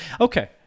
Okay